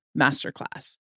Masterclass